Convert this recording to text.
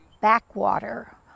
backwater